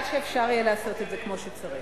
עד שאפשר יהיה לעשות את זה כמו שצריך.